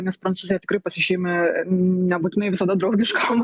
nes prancūzija tikrai pasižymi nebūtinai visada draugiškom